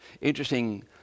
interesting